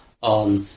on